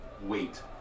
wait